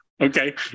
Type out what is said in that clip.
okay